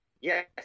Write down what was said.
Yes